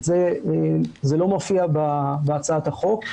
זה לא מופיע בהצעת החוק,